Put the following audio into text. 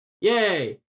Yay